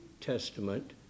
Testament